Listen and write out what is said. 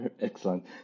Excellent